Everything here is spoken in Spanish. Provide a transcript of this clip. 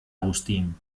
agustín